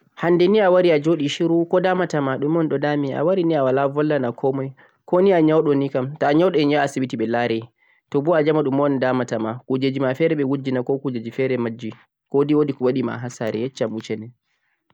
hannde ni a wari a joɗi shiru ko damata ma ɗume on ɗo da' me?, a wari ni a walaa bollana ko moy ko ni a yawɗoni kam?, to yawɗo en yaha asibiti ɓe laare. To bo a jamo bo ɗume un da mata?, kuujeeeji ma un ɓe wujji na ko kuujeeeji feere un majji?, ko day woodi ko ɓe wanni ma ha saare yeccam useni.